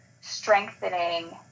strengthening